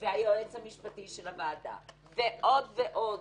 והיועץ המשפטי של הוועדה ועוד ועוד,